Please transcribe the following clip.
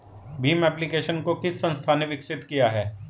Bhim application को किस संस्था ने विकसित किया है?